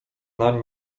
nań